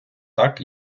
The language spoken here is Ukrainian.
так